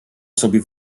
sobie